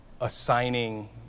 assigning